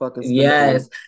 Yes